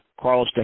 Carlos